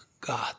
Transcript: God